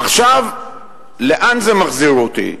עכשיו לאן זה מחזיר אותי?